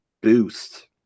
boost